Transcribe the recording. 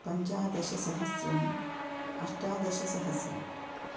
पञ्चादशसहस्रम् अष्टादशसहस्रम्